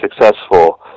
successful